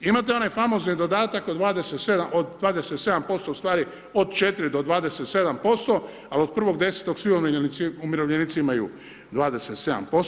Imate onaj famozni dodatak od 27% ustvari od 4 do 27%, ali od 1.10. svi umirovljenici imaju 27%